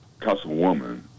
Councilwoman